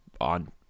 on